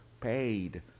paid